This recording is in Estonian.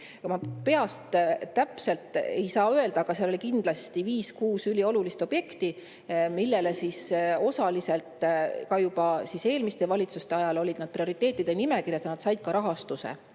Ma peast täpselt ei saa öelda, aga seal oli kindlasti viis-kuus üliolulist objekti, mis osaliselt – juba eelmiste valitsuste ajal olid nad prioriteetide nimekirjas – said ka rahastuse.